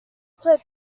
played